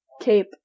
cape